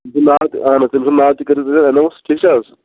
تٔمۍ سُنٛد ناو تہِ اَہَن حظ تٔمۍ سُنٛد ناو تہِ کٔرۍزیٚو پانے ایناوُس ٹھیٖک چھا حظ